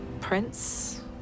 Prince